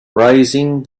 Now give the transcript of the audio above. raising